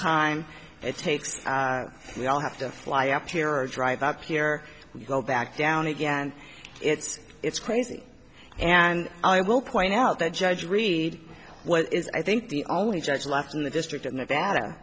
time it takes we all have to fly up here or drive up here we go back down again it's it's crazy and i will point out that judge read what is i think the only judge left in the district in